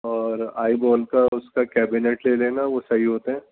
اور eyeball کا اس کا کیبنٹ لے لینا وہ صحیح ہوتے ہیں